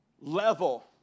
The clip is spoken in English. level